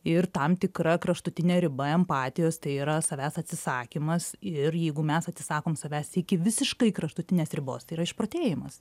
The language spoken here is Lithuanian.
ir tam tikra kraštutinė riba empatijos tai yra savęs atsisakymas ir jeigu mes atsisakom savęs iki visiškai kraštutinės ribos tai yra išprotėjimas